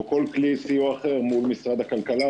או כל כלי סיוע אחר מול משרד הכלכלה,